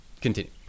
Continue